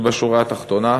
ובשורה התחתונה: